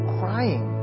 crying